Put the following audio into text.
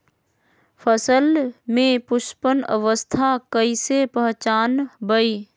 फसल में पुष्पन अवस्था कईसे पहचान बई?